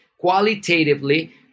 Qualitatively